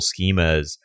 schemas